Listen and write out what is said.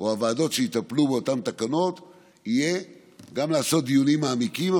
שיטפלו באותן תקנות תהיה לעשות דיונים מעמיקים,